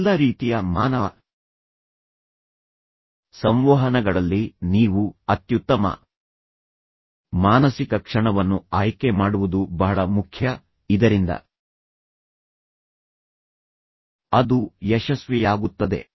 ಎಲ್ಲಾ ರೀತಿಯ ಮಾನವ ಸಂವಹನಗಳಲ್ಲಿ ನೀವು ಅತ್ಯುತ್ತಮ ಮಾನಸಿಕ ಕ್ಷಣವನ್ನು ಆಯ್ಕೆ ಮಾಡುವುದು ಬಹಳ ಮುಖ್ಯ ಇದರಿಂದ ಅದು ಯಶಸ್ವಿಯಾಗುತ್ತದೆ